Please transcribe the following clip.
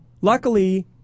luckily